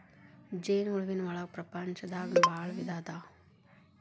ಜೇನ ಹುಳುವಿನ ಒಳಗ ಪ್ರಪಂಚದಾಗನ ಭಾಳ ವಿಧಾ ಅದಾವ